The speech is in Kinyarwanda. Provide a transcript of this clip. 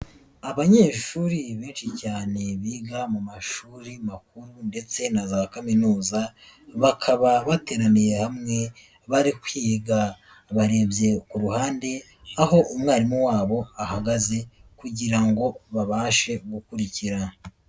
Abanyeshuri benshi cyane biga mu mashuri makuru ndetse na za kaminuza, bakaba bateraniye hamwe, bari kwiga barebye ku ruhande, aho umwarimu wabo ahagaze kugira ngo babashe gukurikira.